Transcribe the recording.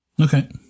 Okay